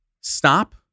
Stop